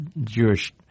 Jewish